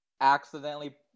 accidentally